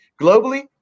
globally